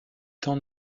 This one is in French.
temps